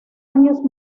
años